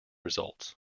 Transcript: results